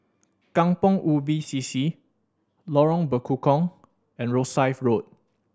Kampong Ubi C C Lorong Bekukong and Rosyth Road